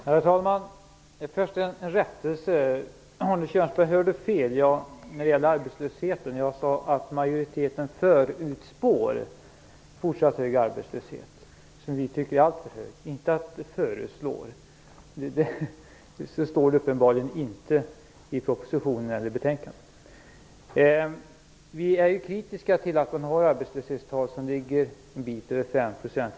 Herr talman! Först vill jag göra en rättelse. Arne Kjörnsberg hörde fel när det gäller arbetslösheten. Jag sade att majoriteten "förutspår" fortsatt hög arbetslöshet, som vi tycker är alltför hög - inte "föreslår". Så står det uppenbarligen inte i propositionen eller i betänkandet. Vi är kritiska till att arbetslöshetstalen fortfarande ligger en bit över 5 %.